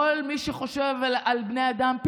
כל מי שחושבים על בני אדם,